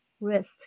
wrist